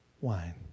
wine